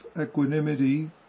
Equanimity